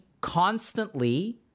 constantly